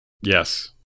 Yes